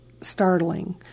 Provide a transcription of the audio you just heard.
startling